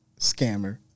scammer